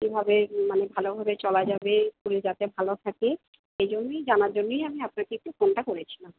কীভাবে মানে ভালোভাবে চলা যাবে শরীর যাতে ভালো থাকে সেই জন্যই জানার জন্যেই আমি আপনাকে একটু ফোনটা করেছিলাম